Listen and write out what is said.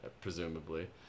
presumably